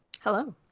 Hello